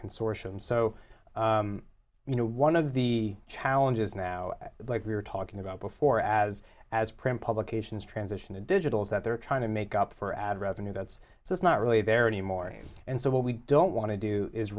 consortium so you know one of the challenges now like we were talking about before as as print publications transition to digital is that they're trying to make up for ad revenue that's so it's not really there anymore and so what we don't want to do is